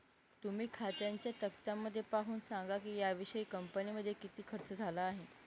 तुम्ही खात्यांच्या तक्त्यामध्ये पाहून सांगा की यावर्षी कंपनीमध्ये किती खर्च झाला आहे